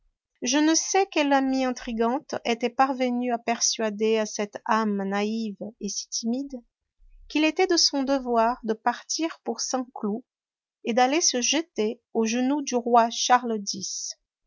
je ne sais quelle amie intrigante était parvenue à persuader à cette âme naïve et si timide qu'il était de son devoir de partir pour saint-cloud et d'aller se jeter aux genoux du roi charles x